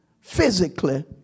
physically